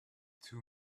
two